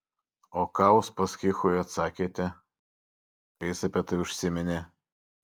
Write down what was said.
o ką uspaskichui atsakėte kai jis apie tai užsiminė